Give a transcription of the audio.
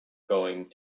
going